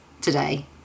today